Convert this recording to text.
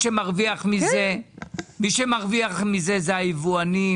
בסופו של דבר מי שמרוויח מזה הם היבואנים,